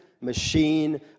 machine